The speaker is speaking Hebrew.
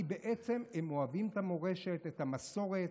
כי הם אוהבים את המורשת, את המסורת.